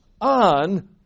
on